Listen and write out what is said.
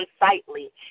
unsightly